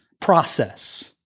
process